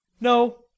No